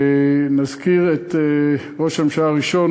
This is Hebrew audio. נזכיר את ראש הממשלה הראשון,